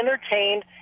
entertained